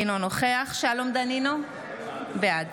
אינו נוכח שלום דנינו, בעד